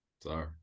sorry